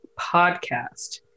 podcast